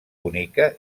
bonica